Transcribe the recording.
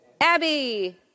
Abby